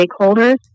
stakeholders